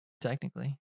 Technically